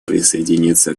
присоединиться